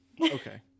Okay